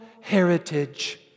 heritage